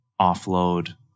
offload